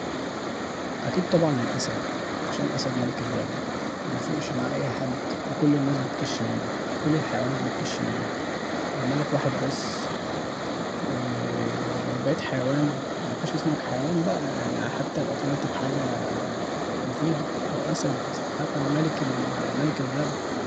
اكيد طبعا الاسد عشان الاسد ملك الغابة مبيفرقش معاه اي حد وكل الناس بتكش منه كل الحيوانات بتكش منه والملك واحد بس ولو بقيت حيوان ميبقاش اسمك حيوان بقا يعني حتى يبقى طلعت بحاجة مفيدة اهو اسد ملك الغابة